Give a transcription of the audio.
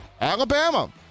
Alabama